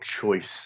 choice